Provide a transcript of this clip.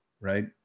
Right